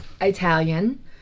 italian